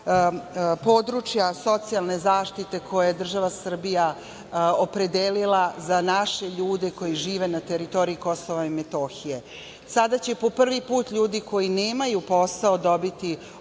područja socijalne zaštite koje je država Srbija opredelila za naše ljude koji žive na teritoriji Kosova i Metohije. Sada će po prvi puta ljudi koji nemaju posao dobiti